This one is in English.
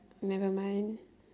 never mind